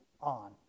on